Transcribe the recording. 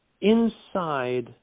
inside